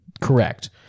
Correct